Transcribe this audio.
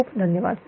खूप धन्यवाद